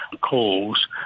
calls